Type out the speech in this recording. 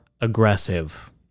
aggressive